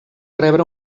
rebre